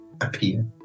appear